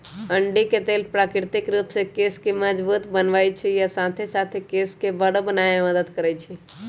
अंडी के तेल प्राकृतिक रूप से केश के मजबूत बनबई छई आ साथे साथ केश के बरो बनावे में मदद करई छई